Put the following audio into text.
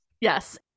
Yes